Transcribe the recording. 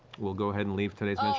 we'll go ahead and leave today's